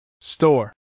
store